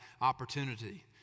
opportunity